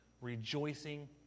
rejoicing